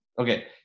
okay